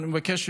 אני מבקש,